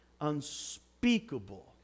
unspeakable